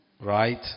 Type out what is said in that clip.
Right